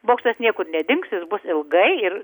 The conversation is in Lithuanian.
bokštas niekur nedings jis bus ilgai ir